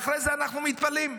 אחרי זה אנחנו מתפלאים.